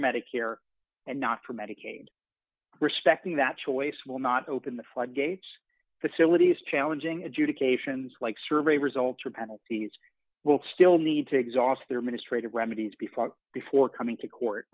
medicare and not for medicaid respecting that choice will not open the floodgates facilities challenging adjudications like survey results or penalties will still need to exhaust their mistreated remedies before before coming to court